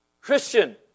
Christian